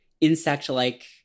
insect-like